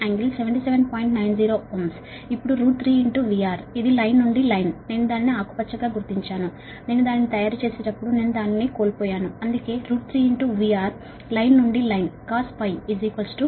90 Ω ఇప్పుడు 3VR ఈ line నుండి లైన్ నేను దానిని ఆకుపచ్చగా గుర్తించాను ఫిగర్ లో నేను దానిని తయారుచేసేటప్పుడు నేను దానిని కోల్పోయాను అందుకే 3VR లైన్ నుండి లైన్ cos φ P 20 1000